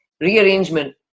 rearrangement